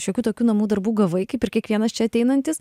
šiokių tokių namų darbų gavai kaip ir kiekvienas čia ateinantis